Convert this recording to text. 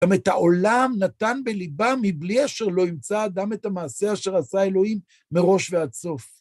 "גם את העולם נתן בליבם מבלי אשר לא ימצא אדם את המעשה אשר עשה אלוהים מראש ועד סוף".